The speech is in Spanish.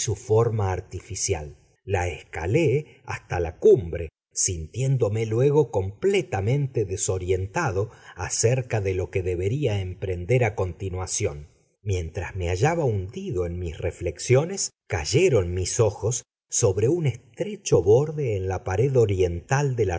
forma artificial la escalé hasta la cumbre sintiéndome luego completamente desorientado acerca de lo que debería emprender a continuación mientras me hallaba hundido en mis reflexiones cayeron mis ojos sobre un estrecho borde en la pared oriental de la